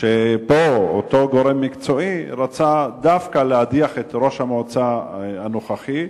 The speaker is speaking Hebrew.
שאותו גורם מקצועי רצה להדיח דווקא את ראש המועצה הנוכחי.